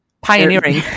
pioneering